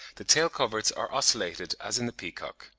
the tail-coverts are ocellated as in the peacock.